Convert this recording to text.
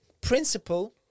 principle